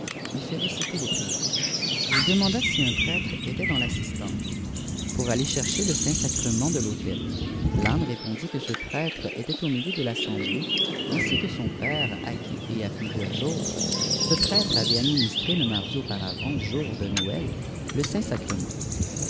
lui fit réciter des prières il la i jp jrêtre était das vistanç pui aller chercher î si histoire pbs sottënas saint-sacrement de l'autel l'âme répondit que ce prêtre était au milieu de l'assemblée ainsi cpe son père à qui et à plusieurs autres ce prêtre avait administré le mardi auparavant jour de noël le saint-sacrement